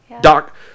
doc